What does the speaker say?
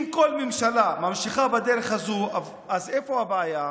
אם כל ממשלה ממשיכה בדרך הזו, אז איפה הבעיה?